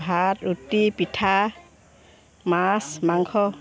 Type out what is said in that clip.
ভাত ৰুটি পিঠা মাছ মাংস